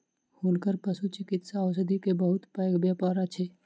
हुनकर पशुचिकित्सा औषधि के बहुत पैघ व्यापार अछि